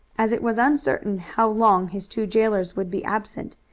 as it was uncertain how long his two jailers would be absent,